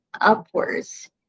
upwards